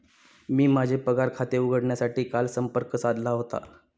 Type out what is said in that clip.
मी माझे पगार खाते उघडण्यासाठी काल संपर्क साधला होता